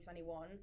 2021